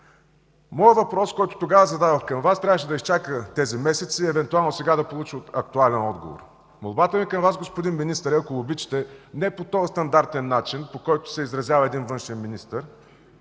Моят въпрос, който тогава зададох към Вас, трябваше да изчака тези месеци и евентуално сега да получа актуален отговор. Молбата ми към Вас, господин министър, е, ако обичате не по този стандартен начин, по който се изразява един външен министър